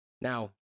Now